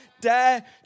Dare